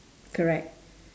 correct